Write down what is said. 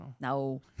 no